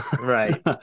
right